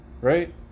right